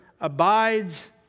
abides